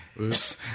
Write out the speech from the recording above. oops